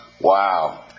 Wow